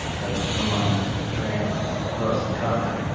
having come on train cross the continent,